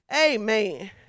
Amen